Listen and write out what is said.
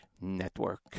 Network